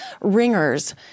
ringers